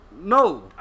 No